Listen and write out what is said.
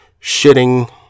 shitting